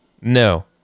No